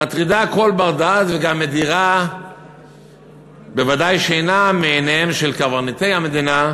מטרידה כל בר-דעת וגם מדירה שינה מעיניהם של קברניטי המדינה,